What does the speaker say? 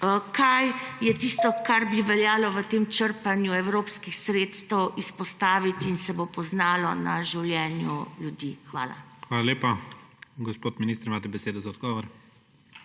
Kaj je tisto, kar bi veljalo v tem črpanju evropskih sredstev izpostaviti in se bo poznalo na življenju ljudi? Hvala. **PREDSEDNIK IGOR ZORČIČ:** Hvala lepa. Gospod minister, imate besedo za odgovor.